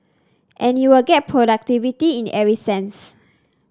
and you would get productivity in every sense